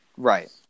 Right